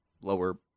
lower